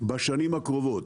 בשנים הקרובות,